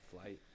flight